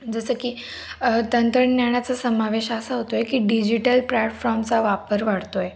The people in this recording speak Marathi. जसं की तंत्रज्ञानाचा समावेश असा होतो आहे की डिजिटल प्लॅटफ्रॉमचा वापर वाढतो आहे